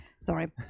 Sorry